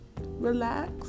relax